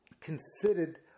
considered